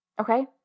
okay